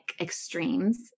extremes